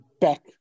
back